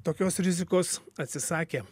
tokios rizikos atsisakė